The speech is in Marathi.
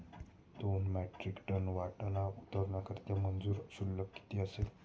दोन मेट्रिक टन वाटाणा उतरवण्याकरता मजूर शुल्क किती असेल?